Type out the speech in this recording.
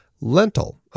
*Lentil*